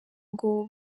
ngo